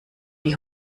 die